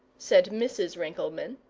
said mrs. rinkelmann.